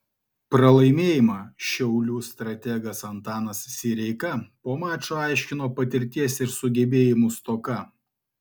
pralaimėjimą šiaulių strategas antanas sireika po mačo aiškino patirties ir sugebėjimų stoka